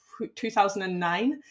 2009